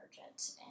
urgent